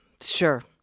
Sure